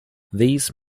these